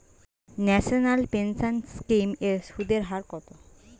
National pension scheme এর সুদের হার কত?